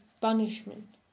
punishment